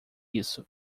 isso